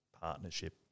partnership